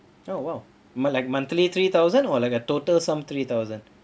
oh well more like monthly three thousand or like a total sum three thousand